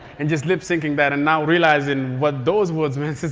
and just lip syncing that and now realizing what those words meant,